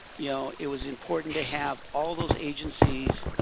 you know it was important to have all of those agencies,